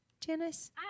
Janice